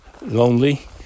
lonely